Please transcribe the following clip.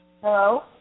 Hello